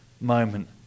moment